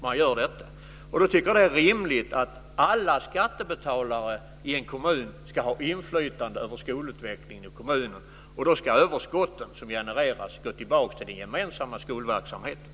Jag tycker att det är rimligt att alla skattebetalare i en kommun ska ha inflytande över skolutvecklingen i kommunen, och överskotten som genereras ska gå tillbaks till den gemensamma skolverksamheten.